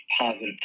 positive